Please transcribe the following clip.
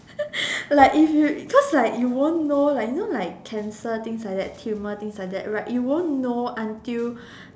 like if you cause like you won't know like you know like cancer things like that tumour things like that right you won't know until